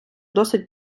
досить